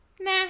nah